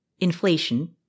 inflation